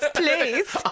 please